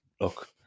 look